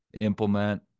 implement